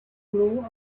grow